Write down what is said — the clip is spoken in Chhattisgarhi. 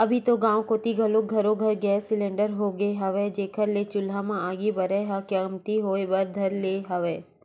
अभी तो गाँव कोती घलोक घरो घर गेंस सिलेंडर होगे हवय, जेखर ले चूल्हा म आगी बरई ह कमती होय बर धर ले हवय